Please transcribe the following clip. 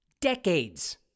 Decades